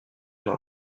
dans